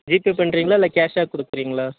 GPay பண்ணுறிங்களா இல்லை கேஷா கொடுக்குறிங்களா